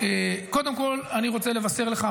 קודם כול אני רוצה לבשר לך,